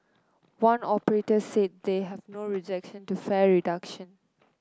one operator said they have no objection to fare reduction